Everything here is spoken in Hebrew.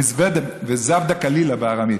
בזוודא קלילא, בארמית,